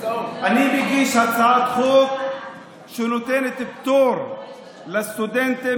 אני מגיש הצעת חוק שנותנת פטור לסטודנטים